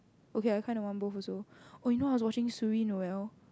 okay I kind of want both also oh you know I was watching Suri Noelle